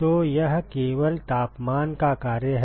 तो यह केवल तापमान का कार्य है